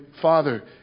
Father